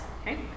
Okay